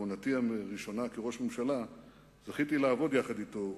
בכהונתי הראשונה כראש ממשלה זכיתי לעבוד יחד אתו,